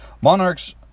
Monarchs